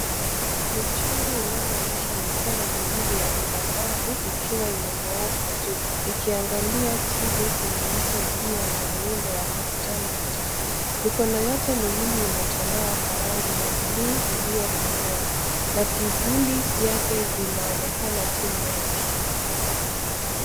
Michoro inayoonyesha mikono miwili ya binadamu ikiwa imenyooka juu ikiangalia chini kwenye uso uliyo na muundo wa nukta nukta. Mikono yote miwili imetolewa kwa rangi ya buluu iliyokolea na kivuli vyake vinaonekana chini yake.